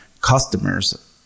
customers